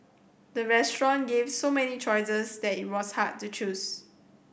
the restaurant gave so many choices that it was hard to choose